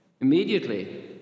Immediately